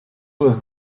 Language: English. was